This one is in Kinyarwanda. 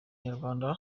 nyarwanda